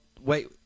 wait